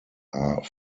are